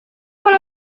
con